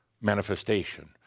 manifestation